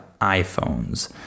iPhones